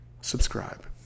subscribe